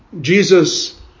Jesus